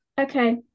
Okay